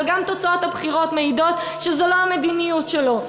אבל גם תוצאות הבחירות מעידות שזו לא המדיניות שלו.